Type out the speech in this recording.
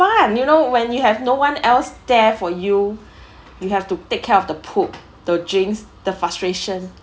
fun you know when you have no one else there for you you have to take care of the poop the jinx the frustration